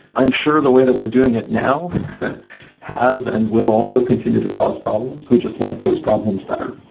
i'm sure the way that we're doing it now has and will also continue to cause problems. we just like those problems better.